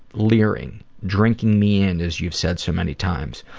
leering drinking me in as you've said so many times.